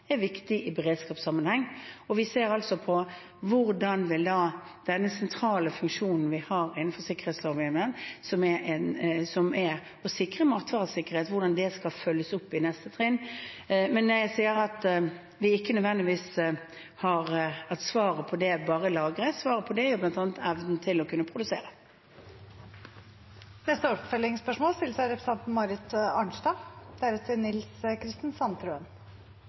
er viktig i beredskapssammenheng. Vi ser på hvordan denne sentrale funksjonen vi har innenfor sikkerhetslovhjemmelen, som er å sikre matvaresikkerhet, skal følges opp i neste trinn. Men når jeg sier at svaret på det ikke bare er lagre, sier jeg også at svaret på det er bl.a. evnen til å kunne produsere. Marit Arnstad – til oppfølgingsspørsmål. Da har vi fått konstatert at regjeringen og Høyre ikke er opptatt av